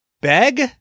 beg